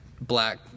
black